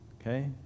Okay